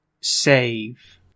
save